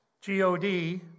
G-O-D